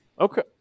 Okay